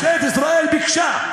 כי שממשלת ישראל ביקשה,